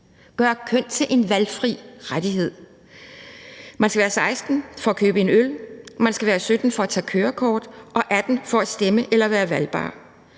gøre køn til en valgfri rettighed. Man skal være 16 år for at købe en øl. Man skal være 17 år for at tage kørekort og 18 år for at stemme eller være valgbar.